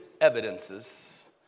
evidences